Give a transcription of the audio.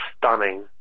stunning